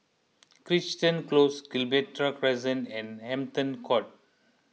Crichton Close Gibraltar Crescent and Hampton Court